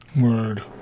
Word